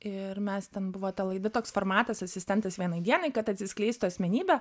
ir mes ten buvo ta laida toks formatas asistentas vienai dienai kad atsiskleistų asmenybė